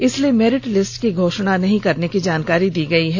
इसलिए merit list की घोषणा नहीं करने की जानकारी दी गई है